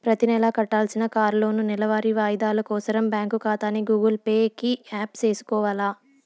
ప్రతినెలా కట్టాల్సిన కార్లోనూ, నెలవారీ వాయిదాలు కోసరం బ్యాంకు కాతాని గూగుల్ పే కి యాప్ సేసుకొవాల